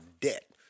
debt